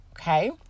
Okay